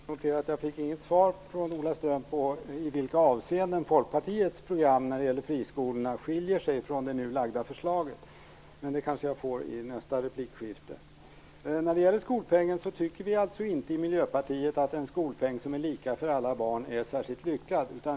Herr talman! Jag noterar att jag inte fick något svar från Ola Ström på i vilka avseenden Folkpartiets program när det gäller friskolorna skiljer sig från det nu framlagda förslaget, men det kanske jag får i nästa replikskifte. Vi i Miljöpartiet tycker inte att en skolpeng som är lika för alla barn är särskilt lyckad.